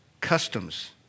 Customs